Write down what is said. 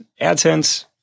AdSense